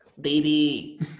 Baby